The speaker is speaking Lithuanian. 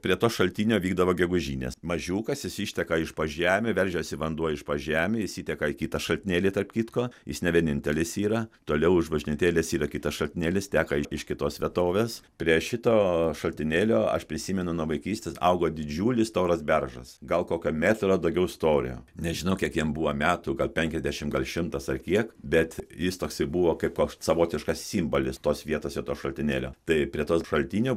prie to šaltinio vykdavo gegužinės mažiukas jis išteka iš po žemių veržiasi vanduo iš po žemių jis įteka į kitą šaltinėlį tarp kitko jis ne vienintelis yra toliau už bažnytėlės yra kitas šaltinėlis teka iš kitos vietovės prie šito šaltinėlio aš prisimenu nuo vaikystės augo didžiulis storas beržas gal kokio metro daugiau storio nežinau kiek jam buvo metų gal penkiasdešim gal šimtas ar kiek bet jis toksai buvo kaip koks savotiškas simbalis tos vietos ir to šaltinėlio tai prie to šaltinio